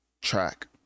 track